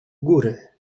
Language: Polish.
góry